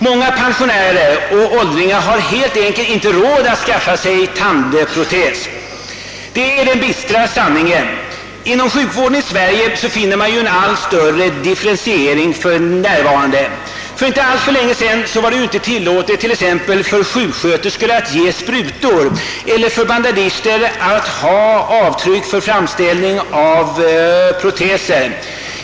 Många pensionärer och åldringar har helt enkelt inte råd att skaffa sig tandprotes. Det är den bistra sanningen. Inom sjukvården i Sverige finner man numera en allt större differentiering. För inte alltför länge sedan var det t.ex. inte tillåtet för sjuksköterskor att ge sprutor eller för bandagister att ta avtryck för framställning av proteser.